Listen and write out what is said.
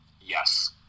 Yes